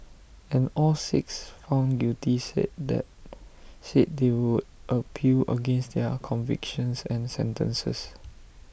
and all six found guilty said that said they would appeal against their convictions and sentences